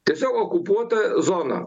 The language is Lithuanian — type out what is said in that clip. tiesiog okupuota zona